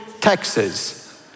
Texas